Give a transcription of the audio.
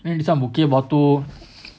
then this [one] bukit batok